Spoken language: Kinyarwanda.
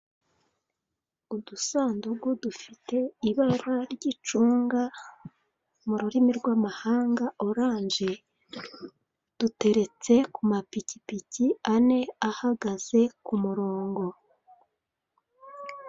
Udusanduku dufite ibara ry'icunga mu rurimi rw'amahanga oranje, duteretse kumapikipiki ane ahagaze kumurongo.